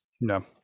No